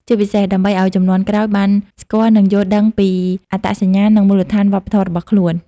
ជាពិសេសដើម្បីឲ្យជំនាន់ក្រោយបានស្គាល់ និងយល់ដឹងពីអត្តសញ្ញាណ និងមូលដ្ឋានវប្បធម៌របស់ខ្លួន។